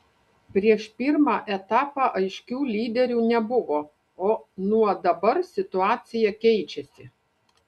prieš pirmą etapą aiškių lyderių nebuvo o nuo dabar situacija keičiasi